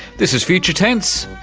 this is future tense.